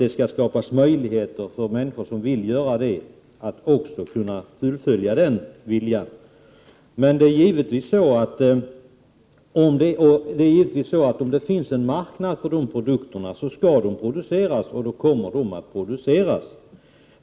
Det skall skapas förutsättningar för de människor som vill göra detta att också kunna fullfölja sin önskan. Om det finns en marknad för de produkterna skall de produceras, och de kommer att produceras.